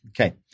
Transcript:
Okay